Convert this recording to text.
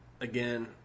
Again